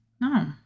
No